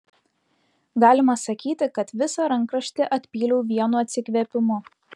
galima sakyti kad visą rankraštį atpyliau vienu atsikvėpimu